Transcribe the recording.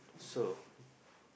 so